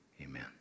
Amen